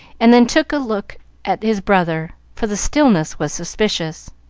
and then took a look at his brother, for the stillness was suspicious.